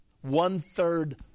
one-third